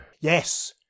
Yes